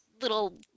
little